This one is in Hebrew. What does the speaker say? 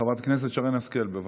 חברת הכנסת שרן השכל, בבקשה.